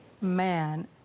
man